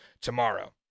tomorrow